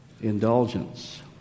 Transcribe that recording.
indulgence